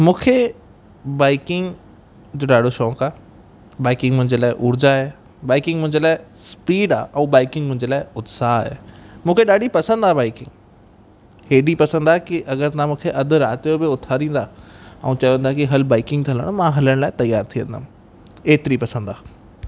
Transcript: मूंखे बाइकिंग जो ॾाढो शौक़ु आहे बाइकिंग मुंहिंजे लाइ ऊर्जा आहे बाइकिंग मुंहिंजे लाइ स्पीड आहे ऐं बाइकिंग मुंहिंजे लाइ उत्साह आहे मूंखे ॾाढी पसंदि आहे बाइकिंग हेॾी पसंदि आहे की अगरि न मूंखे अध राति जो बि उथारींदा ऐं चवंदा हलु बाइकिंग ते हलिणो आहे मां हलणु लाए तयार थी वेंदुमि ऐतरी पसंदि आहे